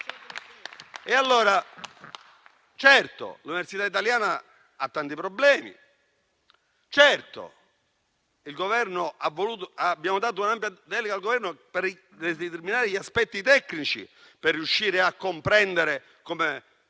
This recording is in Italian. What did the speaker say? Certo, l'università italiana ha tanti problemi, certo abbiamo dato un'ampia delega al Governo per determinare gli aspetti tecnici per riuscire a comprendere come